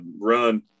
run